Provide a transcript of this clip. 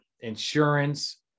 Insurance